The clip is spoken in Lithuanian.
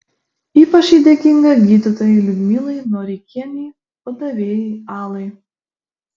ypač ji dėkinga gydytojai liudmilai noreikienei padavėjai alai